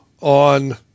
on